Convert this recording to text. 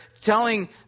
telling